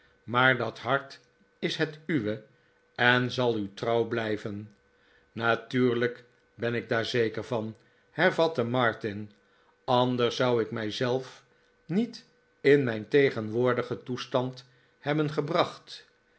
maar dat hart is het uwe en zal u trouw blijven r natuurlijk hen ik daar zeker van hervatte martin angers zou ik mij zelf niet in mijn tegenwoordigen toestand hebben gebracht